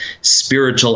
spiritual